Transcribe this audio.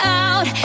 out